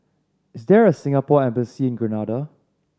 is there a Singapore Embassy in Grenada